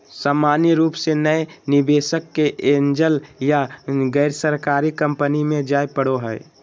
सामान्य रूप से नया निवेशक के एंजल या गैरसरकारी कम्पनी मे जाय पड़ो हय